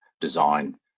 design